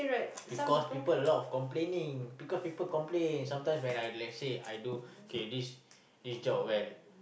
because people a lot of complaining because people complain sometimes when I let say I do okay this this job well